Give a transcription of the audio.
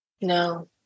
No